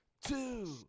two